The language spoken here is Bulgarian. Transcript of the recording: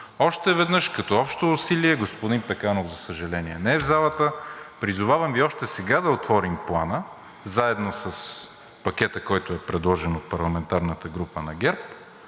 Още веднъж като общи усилия – господин Пеканов, за съжаление, не е в залата, призовавам Ви още сега да отворим Плана заедно с пакета от законопроекти, който е предложен от парламентарната група на ГЕРБ,